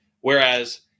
Whereas